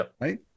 Right